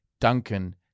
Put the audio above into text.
Duncan